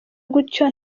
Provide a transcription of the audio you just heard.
gutyo